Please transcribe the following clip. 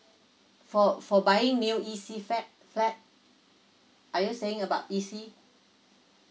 for for buying new E_C fat flat are you saying about E_C